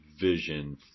vision